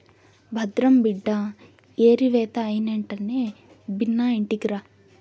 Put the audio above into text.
భద్రం బిడ్డా ఏరివేత అయినెంటనే బిన్నా ఇంటికిరా